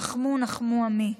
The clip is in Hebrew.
'נחמו נחמו עמי'